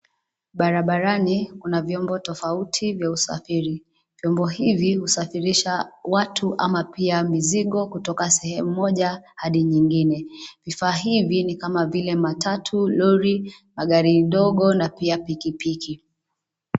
Barabani, kuna vyombo tofauti vya usafiri, vyombo hivi husafirisha, watu ama pia mizigo kutoka sehemu moja hadi nyingine, vifaa hivi ni kama vile: matatu, lori, magari dogo na pia pikipiki.